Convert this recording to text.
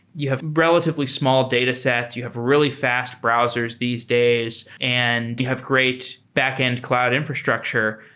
you have relatively small data sets, you have really fast browsers these days and you have great back-end cloud infrastructure.